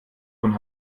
von